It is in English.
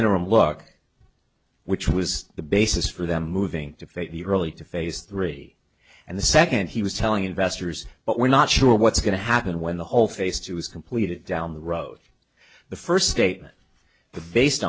interim look which was the basis for them moving to fake the early to phase three and the second he was telling investors but we're not sure what's going to happen when the whole face to was completed down the road the first statement based